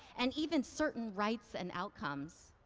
and even certain rights and outcomes.